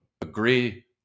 agree